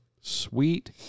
Sweet